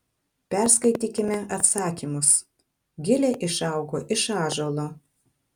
perskaitykime atsakymus gilė išaugo iš ąžuolo